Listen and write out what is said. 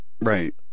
right